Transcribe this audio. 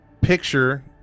picture